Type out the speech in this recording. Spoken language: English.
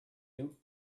you